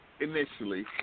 initially